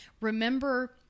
remember